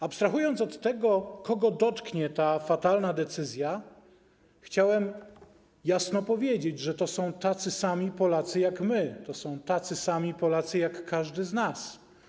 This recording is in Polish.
Abstrahując od tego, kogo dotknie ta fatalna decyzja, chciałem jasno powiedzieć, że to są tacy sami Polacy jak my, to są tacy sami Polacy jak każdy z nas.